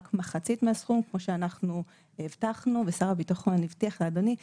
מחצית מהסכום כמו שאנחנו הבטחנו ושר הביטחון הבטיח לאדוני,